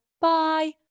Bye